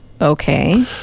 okay